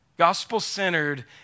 Gospel-centered